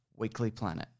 weeklyplanet